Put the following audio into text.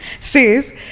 says